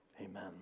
Amen